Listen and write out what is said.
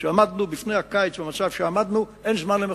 כשעמדנו בפני הקיץ, במצב שעמדנו אין זמן למחקרים.